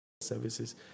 services